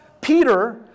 Peter